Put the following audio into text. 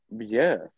Yes